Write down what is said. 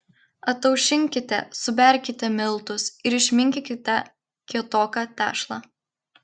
ataušinkite suberkite miltus ir išminkykite kietoką tešlą